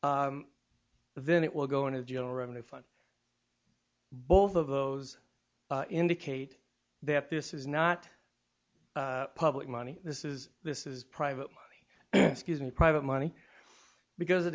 then it will go into the general revenue fun both of those indicate that this is not public money this is this is private my excuse me private money because